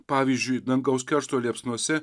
pavyzdžiui dangaus keršto liepsnose